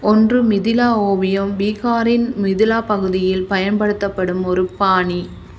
ஒன்று மிதிலா ஓவியம் பீகாரின் மிதிலா பகுதியில் பயன்படுத்தப்படும் ஒரு பாணி